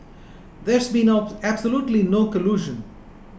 there's been absolutely no collusion